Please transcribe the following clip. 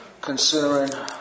considering